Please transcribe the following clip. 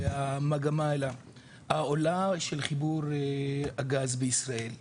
והמגמה העולה של חיבור הגז בישראל.